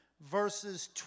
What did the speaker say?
verses